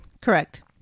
Correct